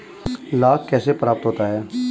लाख कैसे प्राप्त होता है?